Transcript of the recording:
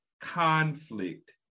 conflict